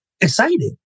Excited